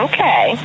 Okay